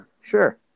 Sure